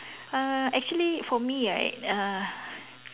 uh actually for me right uh